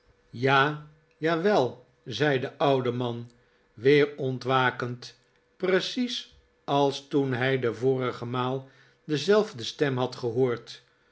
ja jawel zei de oude man weer ontwakend precies als toen hij de vbrige maal dezelfde stem had gehoord